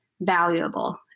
valuable